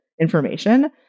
information